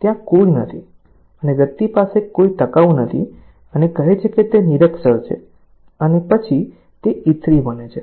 ત્યાં કોઈ નથી અને વ્યક્તિ પાસે કોઈ ટકાઉ નથી અને કહે છે કે તે નિરક્ષર છે પછી તે E3 બને છે